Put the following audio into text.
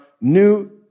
New